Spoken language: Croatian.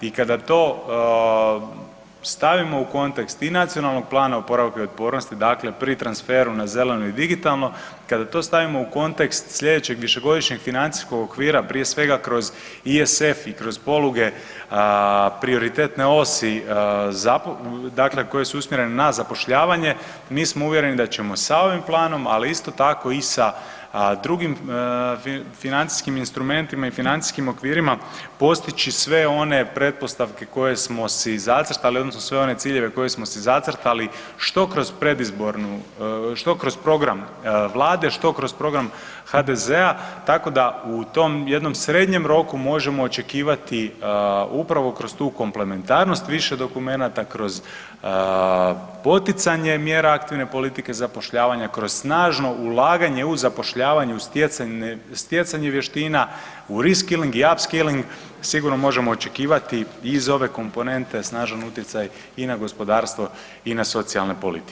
I kada to stavimo u kontekst i Nacionalnog plana oporavka i otpornosti pri transferu na zeleno i digitalno, kada to stavimo u kontekst sljedeće višegodišnjeg financijskog okvira, prije svega kroz ISF i kroz poluge prioritetne osi koje su usmjerene na zapošljavanje, mi smo uvjereni da ćemo s ovim planom, ali isto tako i sa drugim financijskim instrumentima i financijskim okvirima postići sve one pretpostavke koje smo si zacrtali odnosno sve one ciljeve koje smo si zacrtali, što kroz program Vlade, što kroz program HDZ-a, tako da u tom jednom srednjem roku možemo očekivati upravo kroz tu komplementarnost više dokumenata, kroz poticanje mjera aktivne politike zapošljavanje, kroz snažno ulaganje u zapošljavanje u stjecanje vještina, u reskilling i upskilling sigurno može očekivati i iz ove komponente snažan utjecaj i na gospodarstvo i na socijalne politike.